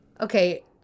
Okay